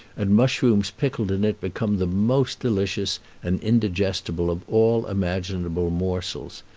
and mushrooms pickled in it become the most delicious and indigestible of all imaginable morsels.